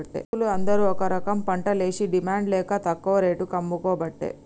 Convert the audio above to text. రైతులు అందరు ఒక రకంపంటలేషి డిమాండ్ లేక తక్కువ రేటుకు అమ్ముకోబట్టే